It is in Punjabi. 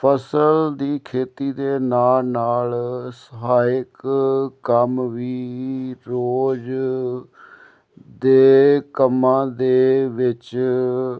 ਫਸਲ ਦੀ ਖੇਤੀ ਦੇ ਨਾਲ ਨਾਲ ਸਹਾਇਕ ਕੰਮ ਵੀ ਰੋਜ਼ ਦੇ ਕੰਮਾਂ ਦੇ ਵਿੱਚ